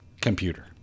computer